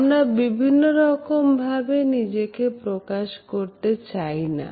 আমরা বিভিন্ন রকম ভাবে নিজেকে প্রকাশ করতে চাইনা